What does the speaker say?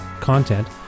content